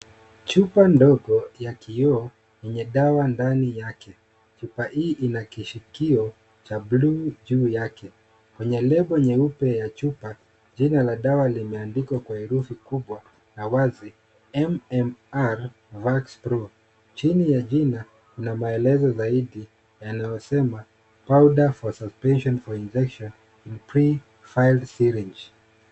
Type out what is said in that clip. Chupa ndogo ya kioo yenye dawa ndani yake. Chupa hii ina kishikio cha bluu juu yake. Kwenye label nyeupe ya chupa, jina la dawa limeandikwa kwa herufi kubwa na wazi, M-M-RvaxPro . Chini ya jina kuna maelezo zaidi yanayosema, powder for suspension for injection in pre-filled syringe .